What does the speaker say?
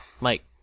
Mike